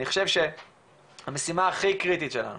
אני חושב שהמשימה הכי קריטית שלנו